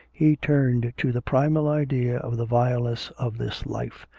he turned to the primal idea of the vileness of this life,